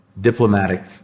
diplomatic